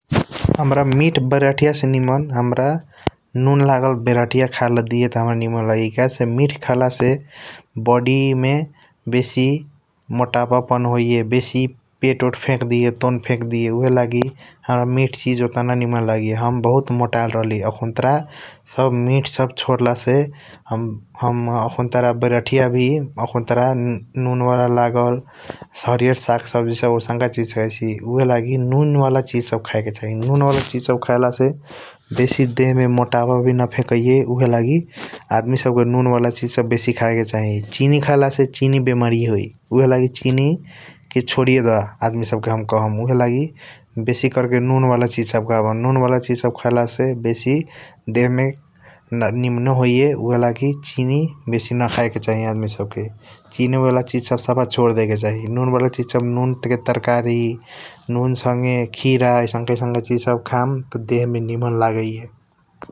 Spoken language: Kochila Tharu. हमरा मिट बेरहटिया से निमन हमरा नुन लागल बेरहटिया खायेला दिये त हमरा निमन लागैये । काहेसे मिट खायेलासे बडि मे बेसि मोटापापन होइये । बेसि पेसओट फेक्देइये । तोन फेक्देइये उहेलागि हमरा मिट चिज ओतना ना निमन लागैये । हम बहुत मोटायल रहली । अखुन्त्रा सब मिठ सब छोडला से हम अखुन्त्रा बेरहटिया भि अखुन्त्रा नुन बाला लागल हरियर साग सब्जि सब औसन्का चिज सब खाइसी । उहे लागि नुन बाला चिजसब खाइके चाहिँ । नुन बाला चिजसब खाइलासे बेसि देहमे मोटापा भि न फेकैये । उहेलागि आदमी सब्के नुन बाला चिज सब बेसि खायेके चाहिँ । चिनी खाइलासे चिनि बेमारी होइ उहेलागी चिनी के छोदिये दा । आदमी सब के हम कहम उहेलागी बेसि करके नुन बाला चिजसब खाउ । नुन बाला चिजसब खाइलासे बेसि देहमे निम्नो होइये । उहेलागी चिनी बेसि न खाइके चाहिँ आदमी सब के । चिनी बाला चिजसब साफा छोद देइये चा ही । नुन बाला चिजसब नुन तन्का तरकारी नुन सङे खिरा ऐसन्का ऐसन्का चिज सब खाम त देह मे निमन लाऐये ।